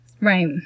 Right